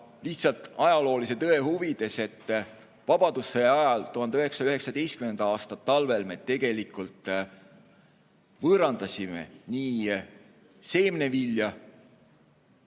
lihtsalt ajaloolise tõe huvides: vabadussõja ajal, 1919. aasta talvel me tegelikult võõrandasime nii seemnevilja